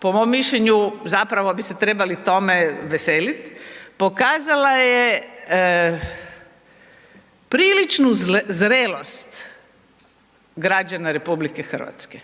po mom mišljenju zapravo bi se trebali tome veselit, pokazala je priličnu zrelost građana RH.